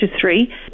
three